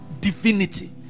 divinity